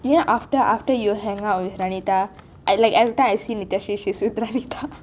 you know after after you hang out with vanita I like everytime I see nityashree she is like சுற்றுறான்:suttruraan with vanitha